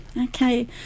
Okay